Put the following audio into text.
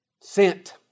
Sent